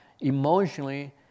emotionally